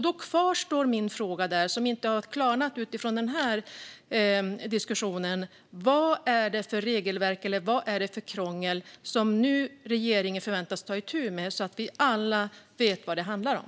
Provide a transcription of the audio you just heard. Då kvarstår min fråga, som inte har klarnat efter den här diskussionen, vad det är för krångel som regeringen nu förväntas ta itu med, så att vi alla vet vad det handlar om.